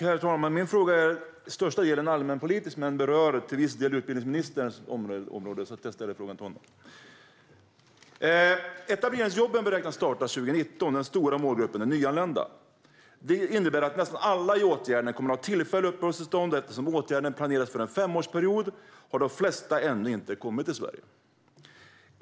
Herr talman! Min fråga är i största delen allmänpolitisk men berör till viss del utbildningsministerns område, så jag ställer frågan till honom. Etableringsjobben beräknas starta 2019. Den stora målgruppen är nyanlända. Det innebär att nästan alla i åtgärden kommer att ha tillfälliga uppehållstillstånd, och eftersom åtgärden planeras för en femårsperiod har de flesta ännu inte kommit till Sverige.